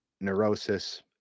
neurosis